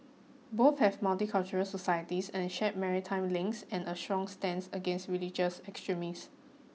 both have multicultural societies and share maritime links and a strong stance against religious extremist